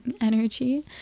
energy